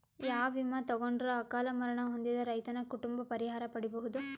ಯಾವ ವಿಮಾ ತೊಗೊಂಡರ ಅಕಾಲ ಮರಣ ಹೊಂದಿದ ರೈತನ ಕುಟುಂಬ ಪರಿಹಾರ ಪಡಿಬಹುದು?